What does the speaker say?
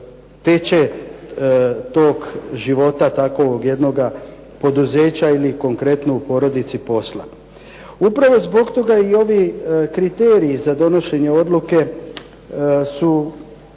teče tok života takvog jednoga poduzeća ili konkretno u porodici posla. Upravo zbog toga i ovi kriteriji za donošenje odluke su,